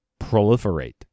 proliferate